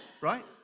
right